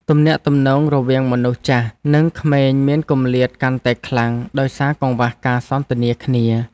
ទំនាក់ទំនងរវាងមនុស្សចាស់ និងក្មេងមានគម្លាតកាន់តែខ្លាំងដោយសារកង្វះការសន្ទនាគ្នា។